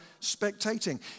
spectating